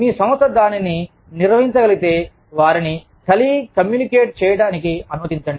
మీ సంస్థ దానిని నిర్వహించగలిగితే వారిని టెలికమ్యూట్ చేయడానికి అనుమతించండి